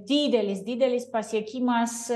didelis didelis pasiekimas